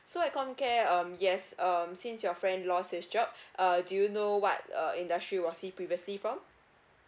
so at com care um yes um since your friend lost his job uh do you know what uh industry was he previously from